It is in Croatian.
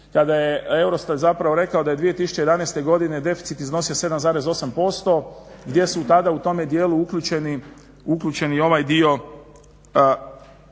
kada je EUROSTAT rekao da je 2011.godine deficit iznosio 7,8% gdje su tada u tom dijelu uključeni i ovaj dio